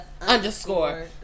Underscore